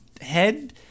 head